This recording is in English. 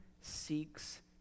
seeks